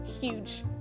huge